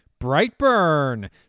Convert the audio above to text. Brightburn